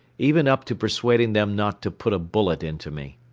even up to persuading them not to put a bullet into me.